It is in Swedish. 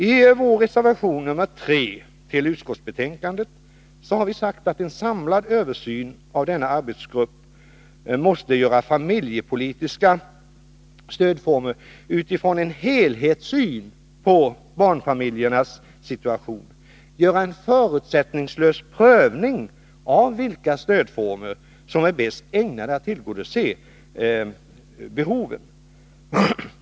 I reservation 3 från centern, vilken är fogad vid betänkandet, har vi sagt att arbetsgruppen måste göra en samlad översyn av de familjepolitiska stödformerna utifrån en helhetssyn på barnfamiljernas situation, att den måste göra en förutsättningslös prövning av vilka stödformer som är bäst ägnade att tillgodose behoven.